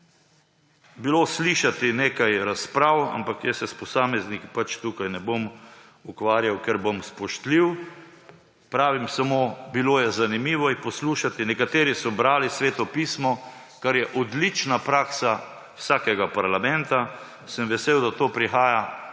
bilo slišati nekaj razprav, ampak jaz se s posamezniki pač tukaj ne bom ukvarjal, ker bom spoštljiv. Pravim samo, bilo je zanimivo jih poslušati. Nekateri so brali Sveto pismo, kar je odlična praksa vsakega parlamenta, sem vesel, da to prihaja,